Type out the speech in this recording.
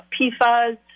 PFAS